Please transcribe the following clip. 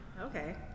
Okay